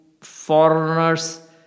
foreigners